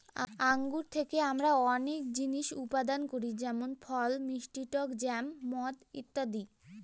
আঙ্গুর থেকে আমরা অনেক জিনিস উৎপাদন করি যেমন ফল, মিষ্টি টক জ্যাম, মদ ইত্যাদি